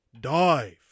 dive